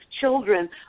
children